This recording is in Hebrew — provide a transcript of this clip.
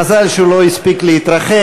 מזל שהוא לא הספיק להתרחק.